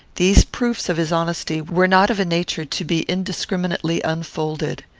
these proofs of his honesty were not of a nature to be indiscriminately unfolded.